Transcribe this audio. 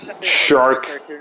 shark